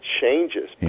changes